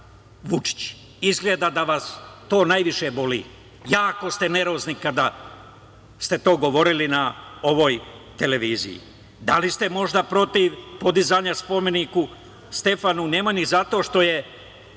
Vučić? Izgleda da vas to najviše boli. Jako ste nervozni kada ste to govorili na ovoj televiziji. Da li ste možda protiv podizanja spomenika Stefanu Nemanji zato što je